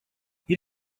you